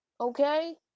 Okay